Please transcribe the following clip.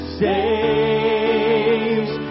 saves